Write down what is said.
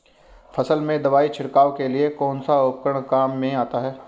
फसल में दवाई छिड़काव के लिए कौनसा उपकरण काम में आता है?